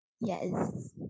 Yes